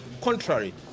contrary